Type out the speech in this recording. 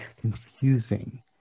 confusing